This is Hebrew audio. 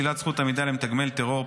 שלילת זכות עמידה למתגמל טרור),